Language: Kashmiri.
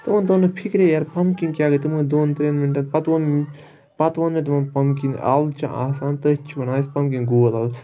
تِمَن توٚر نہٕ فِکری یار پَمکِن کیاہ گٔے تِمن دۄن ترٛٮ۪ن مِنٹَن پَتہٕ ووٚن پَتہٕ ووٚن تمَن پَمکِن اَل چھِ آسان تھٔۍ چھِ ونان أسۍ پَمکِن گول اَلہٕ